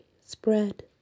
spread